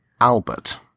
albert